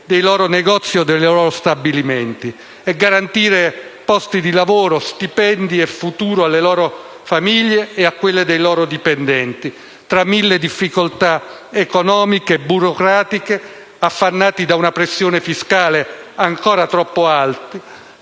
dei propri negozi o dei propri stabilimenti e garantire posti di lavoro, stipendi e futuro alle proprie famiglie e a quelle dei loro dipendenti, tra mille difficoltà economiche e burocratiche, affannati da una pressione fiscale ancora troppo alta,